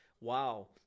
wow